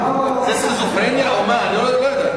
זה סכיזופרניה או מה, אני לא יודע.